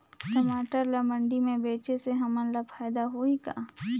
टमाटर ला मंडी मे बेचे से हमन ला फायदा होही का?